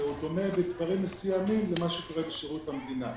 וזה דומה בדברים מסוימים למה שקורה בשירות המדינה.